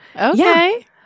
Okay